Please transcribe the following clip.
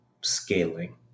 scaling